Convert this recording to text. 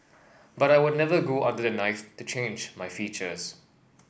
but I would never go under the knife to change my features